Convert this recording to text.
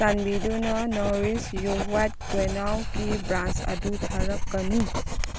ꯆꯥꯟꯕꯤꯗꯨꯅ ꯅꯧꯔꯤꯁ ꯌꯨ ꯍ꯭ꯋꯥꯏꯠ ꯀ꯭ꯋꯤꯅꯥꯎꯒꯤ ꯕ꯭ꯔꯥꯟꯁ ꯑꯗꯨ ꯊꯥꯔꯛꯀꯅꯨ